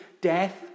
death